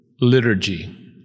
liturgy